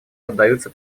поддаются